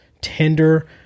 tender